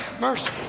Mercy